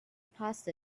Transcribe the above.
passed